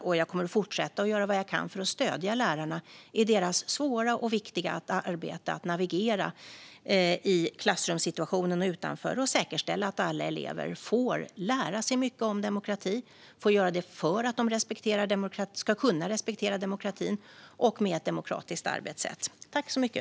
Och jag kommer att fortsätta att göra vad jag kan för att stödja lärarna i deras svåra och viktiga arbete att navigera i klassrummen och utanför och att säkerställa att alla elever får lära sig mycket om demokrati och får göra det för att de ska kunna respektera demokratin - med ett demokratiskt arbetssätt.